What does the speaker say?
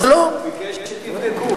הוא ביקש שתבדקו.